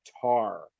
Tar